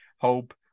Hope